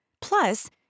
Plus